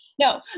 no